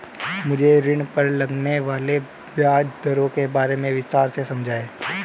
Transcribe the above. मुझे ऋण पर लगने वाली ब्याज दरों के बारे में विस्तार से समझाएं